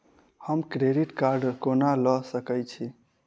हम credit card कोना लऽ सकै छी?